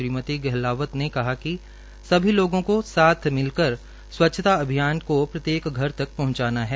श्रीमती गहलावत ने कहा कि सभी लोगों के साथ मिलकर स्वच्छता अभियान को प्रत्येक घर तक पहंचान है